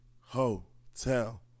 Hotel